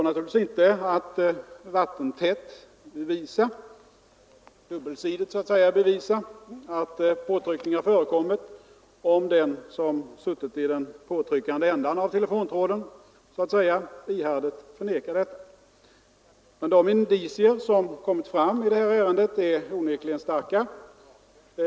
Naturligtvis går det inte att vattentätt eller dubbelsidigt bevisa att påtryckning har förekommit, om den som så att säga suttit i den påtryckande änden av telefontråden ihärdigt förnekar detta. Men de indicier som kommit fram i det här ärendet är onekligen starka.